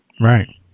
Right